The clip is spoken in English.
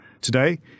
today